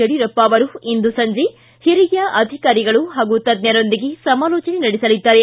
ಯಡಿಯೂರಪ್ಪ ಇಂದು ಸಂಜೆ ಹಿರಿಯ ಅಧಿಕಾರಿಗಳು ಹಾಗೂ ತಜ್ಞರೊಂದಿಗೆ ಸಮಾಲೋಚನೆ ನಡೆಸಲಿದ್ದಾರೆ